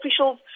officials